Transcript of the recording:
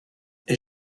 est